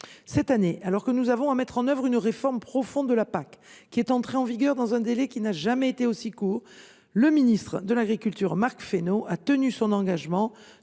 Cette année, alors que nous avons à mettre en œuvre une réforme profonde de la PAC, laquelle est entrée en vigueur dans un délai qui n’a jamais été aussi court, le ministre de l’agriculture, Marc Fesneau, a tenu son engagement